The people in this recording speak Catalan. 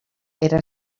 era